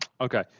Okay